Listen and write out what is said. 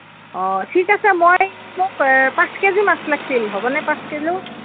অঁ ঠিক আছে মই মোক পাঁচ কেজি মাছ লাগিছিলে হ'বনে পাঁচ কিলো